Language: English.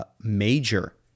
major